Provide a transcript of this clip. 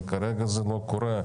וכרגע זה לא קורה.